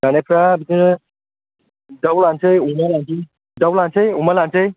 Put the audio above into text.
जानायफोरा बिदिनो दाउ लानोसै अमा लानोसै दाउ लानोसै अमा लानोसै